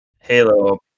Halo